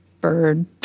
Bird